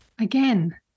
Again